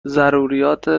ضروریات